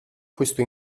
questo